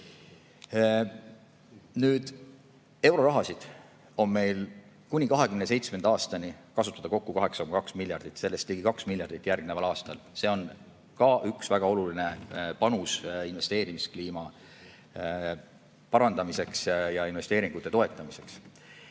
eurorahasid on meil kuni 2027. aastani kasutada kokku 8,2 miljardit, sellest ligi 2 miljardit järgneval aastal. See on ka üks väga oluline panus investeerimiskliima parandamiseks ja investeeringute toetamiseks.